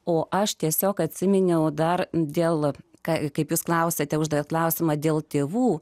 o aš tiesiog atsiminiau dar dėl ką kaip jūs klausiate uždavė klausimą dėl tėvų